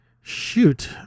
shoot